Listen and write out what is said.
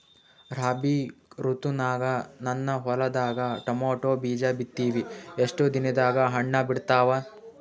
ರಾಬಿ ಋತುನಾಗ ನನ್ನ ಹೊಲದಾಗ ಟೊಮೇಟೊ ಬೀಜ ಬಿತ್ತಿವಿ, ಎಷ್ಟು ದಿನದಾಗ ಹಣ್ಣ ಬಿಡ್ತಾವ?